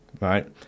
Right